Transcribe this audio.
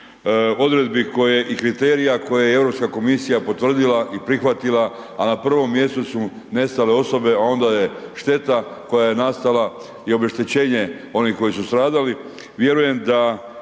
odredbi i kriterija koje je Europska komisija potvrdila i prihvatila a na prvom mjestu su nestale osobe a onda je šteta koja je nastala i obeštećenje onih koji su stradali,